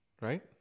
Right